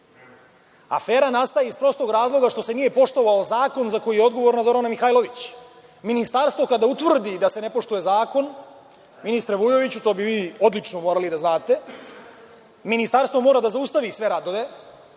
Afera nastaje iz prostog razloga što se nije poštovao zakon za koji je odgovorna Zorana Mihajlović. Ministarstvo kada utvrdi da se ne poštuje zakon, ministre Vujoviću, to bi vi odlično morali da znate, Ministarstvo mora da zaustavi sve radove.